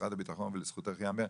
משרד הביטחון ולזכותך ייאמר,